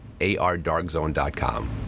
ardarkzone.com